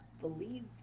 believe